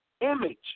image